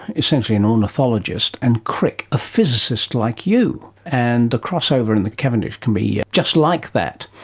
essentially an ornithologist, and crick, a physicist like you, and the crossover in the cavendish can be just like that.